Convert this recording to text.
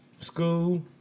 School